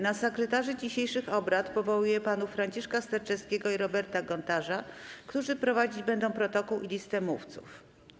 Na sekretarzy dzisiejszych obrad powołuję panów posłów Franciszka Sterczewskiego i Roberta Gontarza, którzy prowadzić będą protokół i listę mówców.